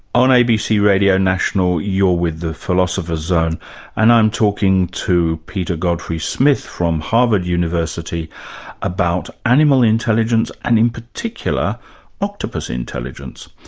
on abc radio national, you're with the philosopher's zone and i'm talking to peter godfrey-smith from harvard university about animal intelligence and in particular octopus intelligence.